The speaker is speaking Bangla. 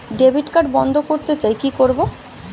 ডেবিট কার্ড বন্ধ করতে চাই কি করব?